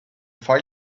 file